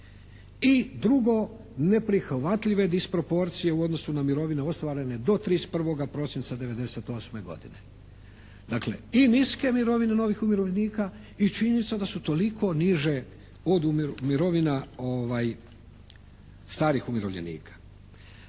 i drugo neprihvatljive disproporcije u odnosu na mirovine ostvarene do 31. prosinca '98. godine. Dakle, i niske mirovine novih umirovljenika i činjenica da su toliko niže od mirovina starih umirovljenika.